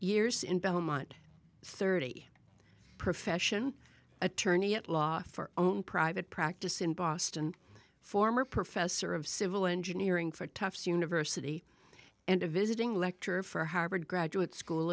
years in belmont thirty profession attorney at law for own private practice in boston former professor of civil engineering for tufts university and a visiting lecturer for harvard graduate school